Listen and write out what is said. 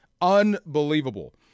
Unbelievable